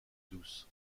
douce